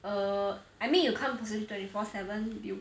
err I mean you can't twenty four seven you